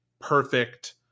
perfect